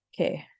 Okay